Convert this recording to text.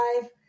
five